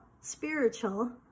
spiritual